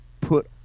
put